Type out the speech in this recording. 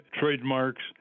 trademarks